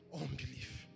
unbelief